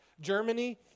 Germany